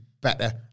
better